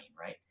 right